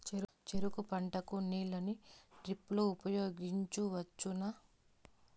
చెరుకు పంట కు నీళ్ళని డ్రిప్ లో ఉపయోగించువచ్చునా?